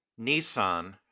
Nissan